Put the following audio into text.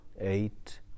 eight